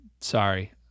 sorry